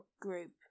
group